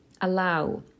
allow